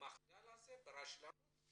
במחדל וברשלנות הזאת,